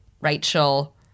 Rachel